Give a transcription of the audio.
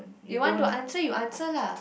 you want to answer you answer lah